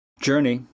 journey